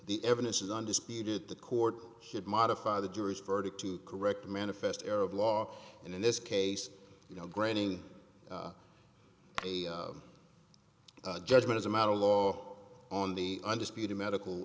the evidence is undisputed the court should modify the jury's verdict to correct the manifest arab law and in this case you know granting a judgment as a matter of law on the undisputed medical